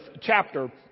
chapter